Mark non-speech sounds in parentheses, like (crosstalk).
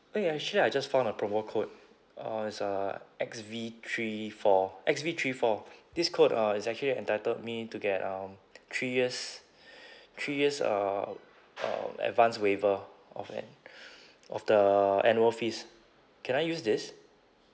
eh actually I just found a promo code uh it's uh X V three four X V three four this code uh is actually entitled me to get um three years (breath) three years um um advance waiver of that (breath) of the annual fees can I use this